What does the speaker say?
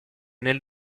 nel